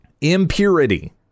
impurity